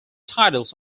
titles